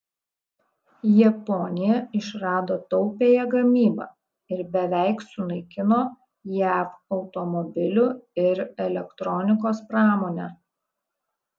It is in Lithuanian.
japonija išrado taupiąją gamybą ir beveik sunaikino jav automobilių ir elektronikos pramonę